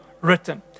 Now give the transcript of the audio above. written